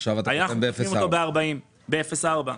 עכשיו אנחנו קוטמים אותו ב-40%, ב-0.4.